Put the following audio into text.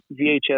vhs